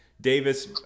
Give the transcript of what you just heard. Davis